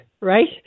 right